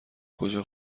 کجا